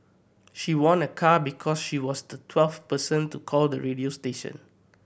she won a car because she was the twelfth person to call the radio station